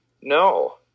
No